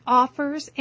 offers